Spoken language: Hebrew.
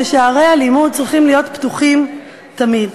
ששערי הלימוד צריכים להיות פתוחים תמיד.